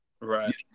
Right